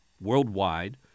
worldwide